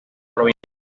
provincia